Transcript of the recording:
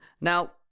Now